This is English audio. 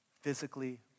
physically